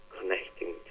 connecting